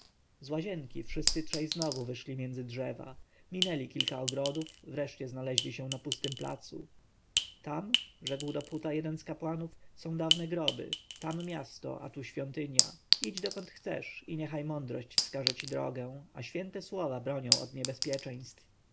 łazienki wszyscy trzej znowu wyszli między drzewa minęli kilka ogrodów wreszcie znaleźli się na pustym placu tam rzekł do phuta jeden z kapłanów są dawne groby tam miasto a tu świątynia idź dokąd chcesz i niechaj mądrość wskaże ci drogę a święte słowa bronią od niebezpieczeństw